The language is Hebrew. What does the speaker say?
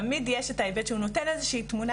תמיד יש את ההיבט שהוא נותן איזו שהיא תמונה